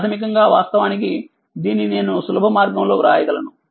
ప్రాథమికంగావాస్తవానికి దీనినినేనుసులభ మార్గంలోవ్రాయగలను